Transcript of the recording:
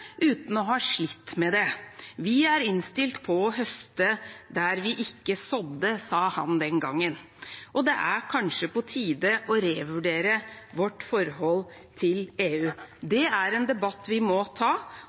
uten å ha hatt slit med det… Vi er innstilt på å høste der vi ikke sådde. Det sa han den gangen, og det er kanskje på tide å revurdere vårt forhold til EU. Det er en debatt vi må ta,